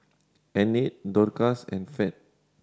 Enid Dorcas and Fed